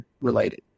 related